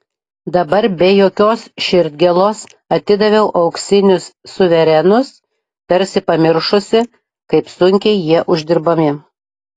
dabar be jokios širdgėlos atidaviau auksinius suverenus tarsi pamiršusi kaip sunkiai jie uždirbami